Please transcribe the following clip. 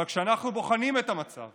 אבל כשאנחנו בוחנים את המצב